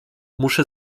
muszę